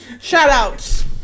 Shout-outs